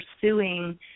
pursuing